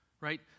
right